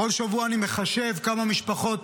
בכל שבוע אני מחשב כמה משפחות